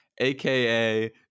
aka